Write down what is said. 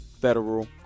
Federal